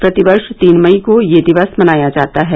प्रतिवर्ष तीन मई को यह दिवस मनाया जाता है